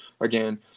Again